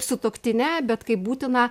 sutuoktinę bet kaip būtiną